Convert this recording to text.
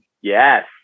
Yes